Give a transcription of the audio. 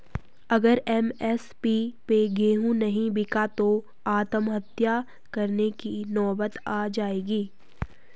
अगर एम.एस.पी पे गेंहू नहीं बिका तो आत्महत्या करने की नौबत आ जाएगी